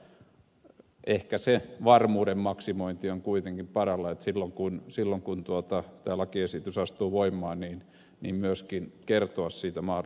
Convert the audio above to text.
mutta ehkä se varmuuden maksimointi on kuitenkin parasta että silloin kun tämä lakiesitys astuu voimaan myöskin kerrotaan siitä mahdollisimman laajasti